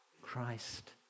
Christ